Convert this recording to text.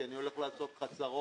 כי אני הולך לעשות לך צרות,